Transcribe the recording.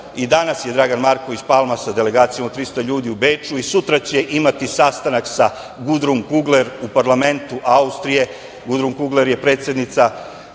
i danas je Dragan Marković Palma sa delegacijom od 300 ljudi u Beču i sutra će imati sastanak sa Gudrum Kugler u parlamentu Austrije. Gudrum Kugler je predsednica